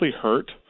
hurt